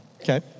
okay